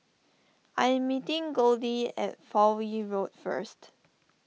I am meeting Goldie at Fowlie Road first